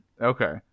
Okay